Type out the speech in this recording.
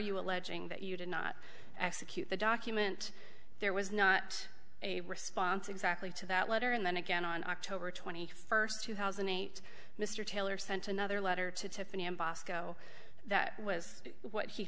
you alleging that you did not execute the document there was not a response exactly to that letter and then again on october twenty first two thousand and eight mr taylor sent another letter to tiffany in basco that was what he